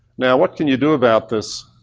now what can you do about this?